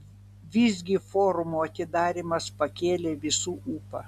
visgi forumo atidarymas pakėlė visų ūpą